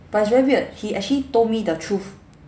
but it's very weird he actually told me the truth